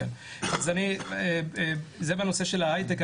זה בנושא ההייטק.